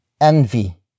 envy